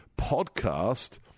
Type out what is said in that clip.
podcast